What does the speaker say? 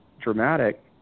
dramatic